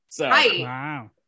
Right